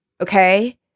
Okay